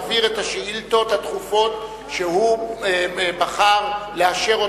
מעביר את השאילתות הדחופות שהוא בחר לאשר,